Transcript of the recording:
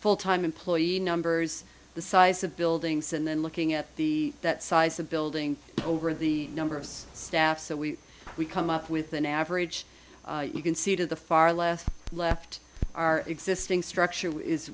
full time employee numbers the size of buildings and then looking at the that size the building over the number of staff so we we come up with an average you can see to the far less left our existing structure is